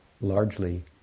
largely